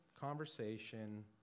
conversation